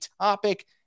topic